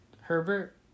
Herbert